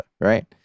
right